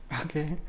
Okay